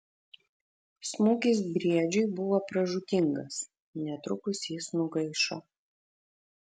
smūgis briedžiui buvo pražūtingas netrukus jis nugaišo